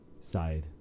side